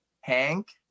Hank